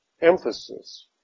emphasis